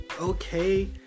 Okay